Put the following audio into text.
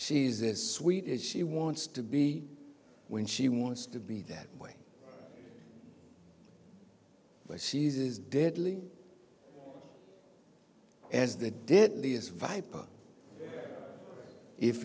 she's as sweet as she wants to be when she wants to be that way but she uses deadly as the deadliest viper if